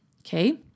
Okay